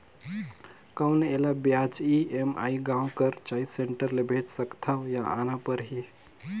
कौन एला ब्याज ई.एम.आई गांव कर चॉइस सेंटर ले भेज सकथव या आना परही?